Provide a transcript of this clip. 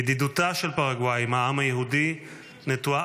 ידידותה של פרגוואי עם העם היהודי נטועה